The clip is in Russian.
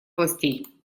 властей